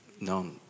known